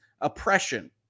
oppression